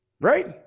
Right